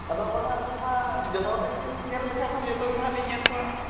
ᱟᱫᱚ ᱵᱟᱝᱼᱟ ᱟᱹᱞᱤᱧᱢᱟ ᱡᱚᱛᱚ ᱧᱮᱞ ᱞᱮᱠᱷᱟᱱ ᱦᱟᱸᱜ ᱡᱚᱛᱚᱜᱮ ᱱᱟᱦᱟᱜᱞᱤᱧ ᱧᱮᱞ ᱠᱚᱣᱟ